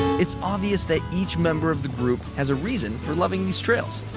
it's obvious that each member of the group has a reason for loving these trails.